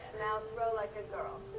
now throw like a girl.